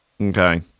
Okay